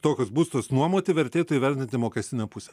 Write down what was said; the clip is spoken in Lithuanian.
tokius būstus nuomoti vertėtų įvertinti mokestinę pusę